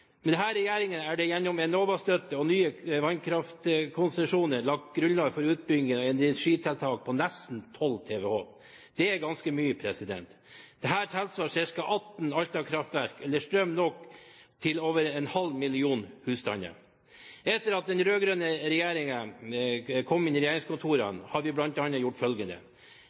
Med denne regjeringen er det gjennom Enova-støtte og nye vannkraftkonsesjoner lagt grunnlag for utbygginger og energitiltak på nesten 12 TWh. Det er ganske mye. Det tilsvarer ca. 18 Alta-kraftverk eller strøm nok til over en halv million husstander. Etter at den rød-grønne regjeringen kom inn i regjeringskontorene, har vi fått til bl.a. følgende: